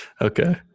Okay